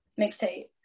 Mixtape